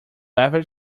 ever